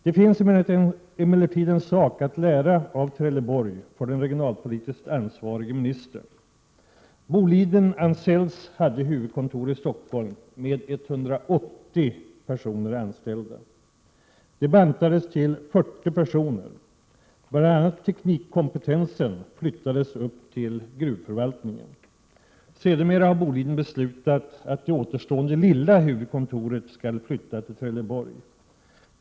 Det finns emellertid en sak att lära av Trelleborg för den regionalpolitiskt ansvarige ministern. Boliden/Ahlsells hade huvudkontor i Stockholm med 180 personer anställda. Det bantades ned till 40 personer. BI. a. flyttades teknikkompetensen upp till gruvförvaltningen. Sedermera har Boliden beslutat att det återstående lilla huvudkontoret skall flyttas till Trelleborg.